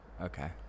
Okay